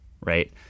right